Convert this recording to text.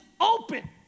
open